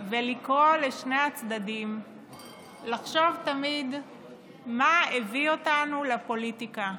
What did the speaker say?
ולקרוא לשני הצדדים לחשוב תמיד מה הביא אותנו לפוליטיקה.